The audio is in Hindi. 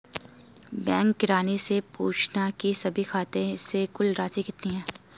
बैंक किरानी से पूछना की सभी खाते से कुल राशि कितनी है